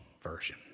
Version